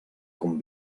com